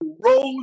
rose